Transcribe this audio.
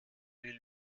will